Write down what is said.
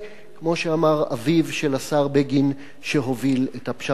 כמו שאמר אביו של השר בגין, שהוביל את הפשרה הזאת.